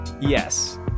Yes